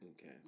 Okay